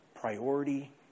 priority